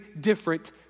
different